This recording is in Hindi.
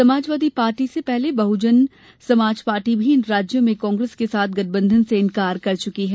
समाजवादी पार्टी से पहले बहुजन समाज पार्टी भी कांग्रेस के साथ गठबंधन से इंकार कर चुकी है